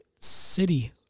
City